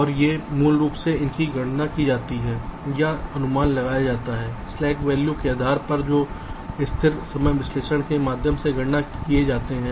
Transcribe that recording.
और ये मूल रूप से इनकी गणना की जाती है या अनुमान लगाया जाता है स्लैक वैल्यू के आधार पर जो स्थिर समय विश्लेषण के माध्यम से गणना किए जाते है